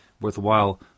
worthwhile